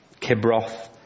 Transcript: Kibroth